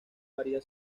varía